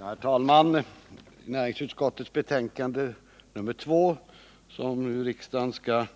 Herr talman! Näringsutskottets betänkande nr 2, som riksdagen nu